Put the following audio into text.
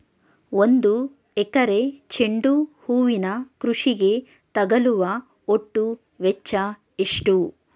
ಒಂದು ಎಕರೆ ಚೆಂಡು ಹೂವಿನ ಕೃಷಿಗೆ ತಗಲುವ ಒಟ್ಟು ವೆಚ್ಚ ಎಷ್ಟು?